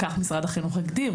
כך משרד החינוך הגדיר,